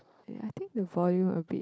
ya I think the volume a bit